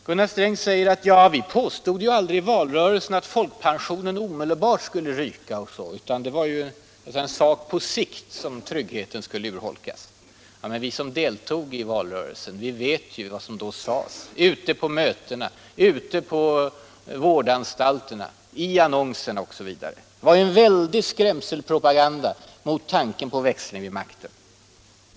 Gunnar Sträng säger: Vi påstod aldrig i valrörelsen att folkpensionen omedelbart skulle ryka, utan det var så att säga på sikt som tryggheten skulle urholkas. — Vi som deltog i valrörelsen vet ju vad som då sades — ute på mötena, på vårdanstalterna, i annonserna osv. Det var en väldig Allmänpolitisk debatt Allmänpolitisk debatt skrämselpropaganda mot en växling vid makten.